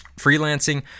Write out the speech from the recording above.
freelancing